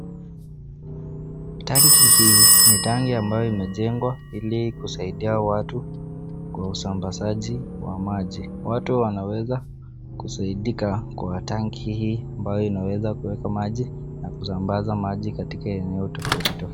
Tanki hii ni tanki ambayo imejengwa ili kusaidia watu kwa usambazaji wa maji. Watu wanaweza kusaidika kwa tanki hii ambayo inaweza kuweka maji na kusambaza maji katika eneo tofauti tofauti.